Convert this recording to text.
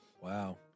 wow